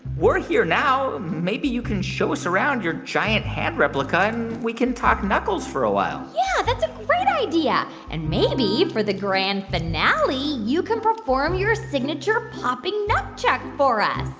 we're here now. maybe you can show us around your giant hand replica, and we can talk knuckles for a while yeah. that's a great idea. and maybe for the grand finale, you can perform your signature popping knuckchuck for us